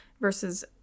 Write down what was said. versus